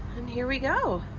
and here we go.